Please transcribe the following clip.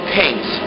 paints